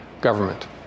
government